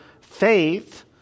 faith